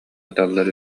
сыталлар